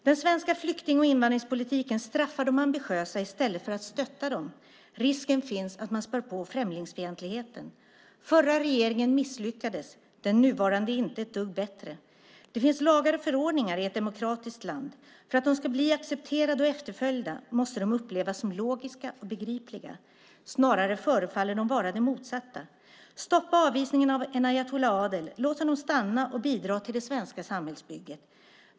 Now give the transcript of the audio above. Den svenska flykting och invandringspolitiken straffar de ambitiösa i stället för att stötta dem. Risken finns att man späder på främlingsfientligheten. Förra regeringen misslyckades. Den nuvarande är inte ett dugg bättre! Det finns lagar och förordningar i ett demokratiskt land. För att de ska bli accepterade och efterföljda måste de upplevas som logiska och begripliga. Snarare förefaller de vara det motsatta. Stoppa avvisningen av Enayatullah Adel! Låt honom stanna och bidra till det svenska samhällsbygget.